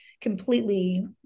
completely